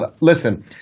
Listen